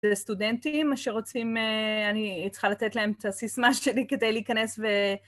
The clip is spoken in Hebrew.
לסטודנטים אשר רוצים, אני צריכה לתת להם את הסיסמה שלי כדי להיכנס ו...